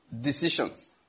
decisions